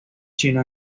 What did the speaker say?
chino